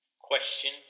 Question